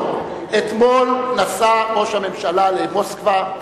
אתמול נסע ראש הממשלה למוסקבה,